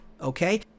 Okay